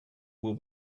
will